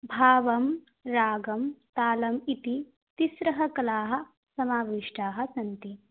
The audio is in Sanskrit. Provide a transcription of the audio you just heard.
भावं रागं तालम् इति तिस्रः कलाः समाविष्टाः सन्ति